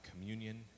communion